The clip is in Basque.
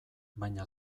baina